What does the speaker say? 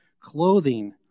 clothing